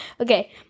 Okay